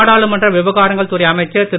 நாடாளுமன்றவிவகாரங்கள்துறைஅமைச்சர்திரு